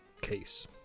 case